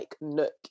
nook